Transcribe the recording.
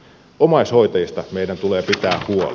omaishoitajista meidän tulee pitää huoli